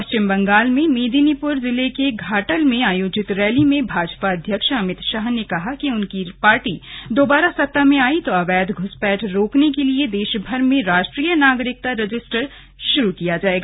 पश्चिम बंगाल में मेदिनीपुर जिले के घाटल में आयोजित रैली में भाजपा अध्यक्ष अमित शाह ने कहा कि उनकी पार्टी दोबारा सत्ता में आई तो अवैध घूसपैठ रोकने के लिए देशभर में राष्ट्रीय नागरिकता रजिस्टर शुरू किया जायेगा